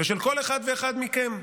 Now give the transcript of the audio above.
ושל כל אחד ואחד מכם.